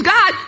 God